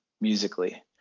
musically